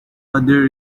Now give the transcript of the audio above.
other